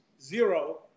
zero